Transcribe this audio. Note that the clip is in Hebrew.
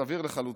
סביר לחלוטין,